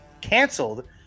canceled